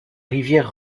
rivière